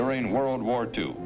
during world war two